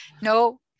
No